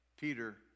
Peter